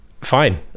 fine